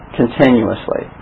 continuously